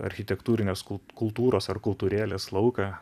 architektūrinės kultūros ar kultūrėlės lauką